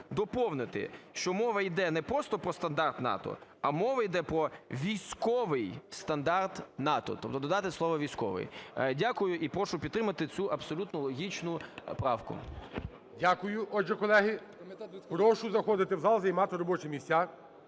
доповнити, що мова йде не просто про стандарт НАТО, а мова йде про військовий стандарт НАТО. Тобто додати слово "військовий". Дякую. І прошу підтримати цю абсолютно логічну правку. ГОЛОВУЮЧИЙ. Дякую. Отже, колеги, прошу заходити в зал, займати робочі місця.